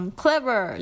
clever